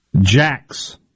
Jack's